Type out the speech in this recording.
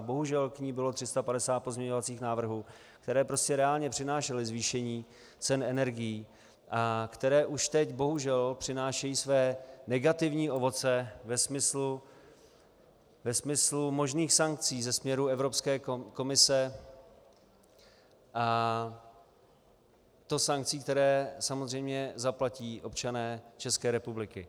Bohužel k ní bylo 350 pozměňovacích návrhů, které prostě reálně přinášely zvýšení cen energií a které už teď bohužel přinášejí své negativní ovoce ve smyslu možných sankcí ze směru Evropské komise, a to sankcí, které samozřejmě zaplatí občané České republiky.